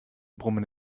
brummen